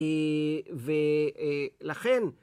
‫ולכן...